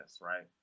right